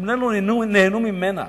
הם לא נהנו ממנה.